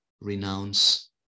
renounce